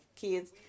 kids